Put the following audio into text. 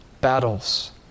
battles